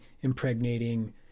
impregnating